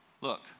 Look